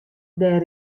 dêr